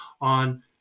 on